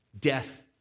Death